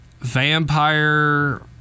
vampire